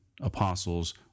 apostles